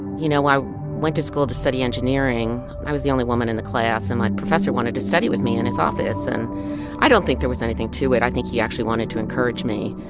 you know, i went to school to study engineering. i was the only woman in the class. and my professor wanted to study with me in his office. and i don't think there was anything to it. i think he actually wanted to encourage me.